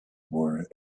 were